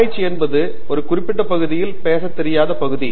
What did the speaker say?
ஆராய்ச்சி என்பது ஒரு குறிப்பிட்ட பகுதியில் பேச தெரியாத பகுதி